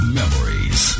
memories